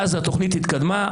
ואז התוכנית התקדמה.